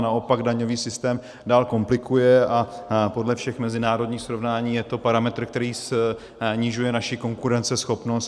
Naopak daňový systém dál komplikuje a podle všech mezinárodních srovnání je to parametr, který snižuje naši konkurenceschopnost.